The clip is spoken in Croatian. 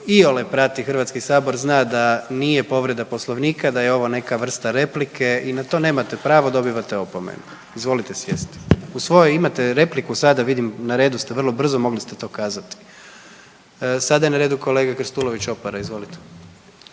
iole prati HS zna da nije povreda Poslovnika, da je ovo neka vrsta replike i na to nemate pravo, dobivate opomenu, izvolite sjesti. U svojoj imate repliku sada, vidim na redu ste vrlo brzo mogli ste to kazati. Sada je na redu kolega Krstulović Opara, izvolite.